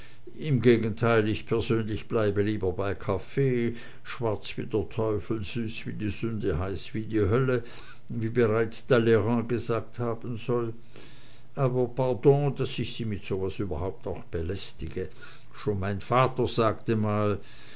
im gegenteil ich persönlich bleibe lieber bei kaffee schwarz wie der teufel süß wie die sünde heiß wie die hölle wie bereits talleyrand gesagt haben soll aber pardon daß ich sie mit so was überhaupt noch belästige schon mein vater sagte mal